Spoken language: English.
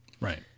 Right